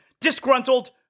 disgruntled